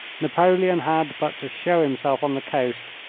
napoleon had but to show himself on the coast,